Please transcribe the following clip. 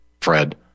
Fred